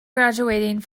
graduating